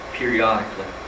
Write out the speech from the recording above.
periodically